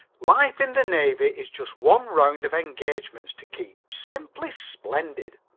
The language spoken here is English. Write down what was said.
life in the navy is just one round of engagements to keep. simply splendid!